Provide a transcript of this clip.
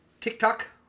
TikTok